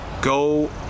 go